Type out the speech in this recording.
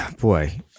boy